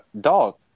dog